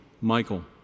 Michael